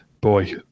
boy